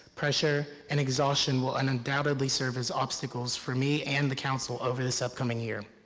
pressure, and exhaustion will and undoubtedly serve as obstacles for me and the council over this upcoming year.